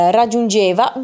raggiungeva